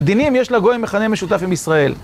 דינים, יש לגוי מחנה משותף עם ישראל.